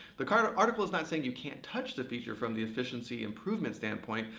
the kind of article is not saying you can't touch the feature from the efficiency improvement standpoint,